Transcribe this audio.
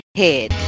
head